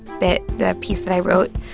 bit, the piece that i wrote.